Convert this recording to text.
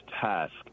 task